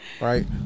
right